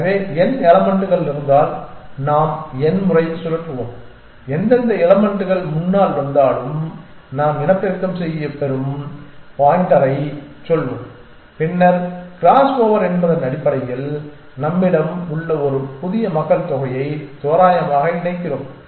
எனவே n எலமென்ட்கள் இருந்தால் நாம் n முறை சுழற்றுவோம் எந்தெந்த எலமென்ட்கள் முன்னால் வந்தாலும் நாம் இனப்பெருக்கம் செய்யப் பெறும் பாயின்டரைச் சொல்வோம் பின்னர் கிராஸ் ஓவர் என்பதன் அடிப்படையில் நம்மிடம் உள்ள புதிய மக்கள்தொகையை தோராயமாக இணைக்கிறோம்